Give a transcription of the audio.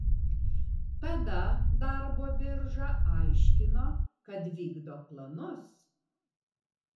tada darbo birža aiškino kad vykdo planus